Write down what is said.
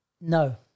no